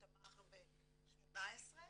תמכנו ב-2018,